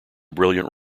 brilliant